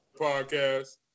Podcast